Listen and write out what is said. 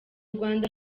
rwanda